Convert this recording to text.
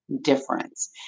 difference